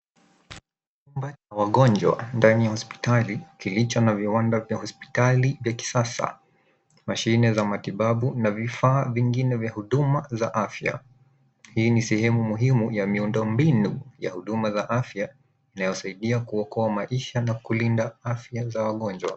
Pahali ya wagonjwa ndani ya hospitali kilicho hospitali ya kisasa. Mashine za matibabu na vifaa vingine vya huduma za afya. Hii ni sehemu muhimu ya miundo mbinu ya huduma za afya inayosaidia kuokota maisha na kulinda afya za wagonjwa.